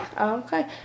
Okay